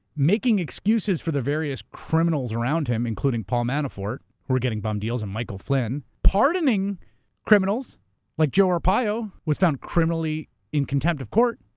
making excuses for the various criminals around him, including paul manafort who were getting bum deals and michael flynn, pardoning criminals like joe arpaio who was found criminally in contempt of court.